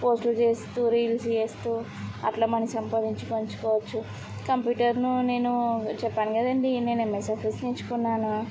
పోస్టులు చేస్తూ రీల్స్ చేస్తూ అట్లా మనీ సంపాందించుదించుకోవచ్చు కంప్యూటర్ను నేను చెప్పాను కదండి నేను ఎంఎస్ ఆఫీస్ నేర్చుకున్నాను